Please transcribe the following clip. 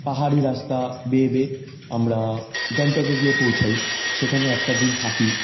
পাহাড়ি রাস্তা বেয়ে বেয়ে আমরা গ্যাংটকে গিয়ে পৌঁছাই সেখানে একটা দিন থাকি